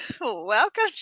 Welcome